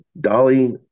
Dolly